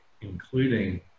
including